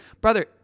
brother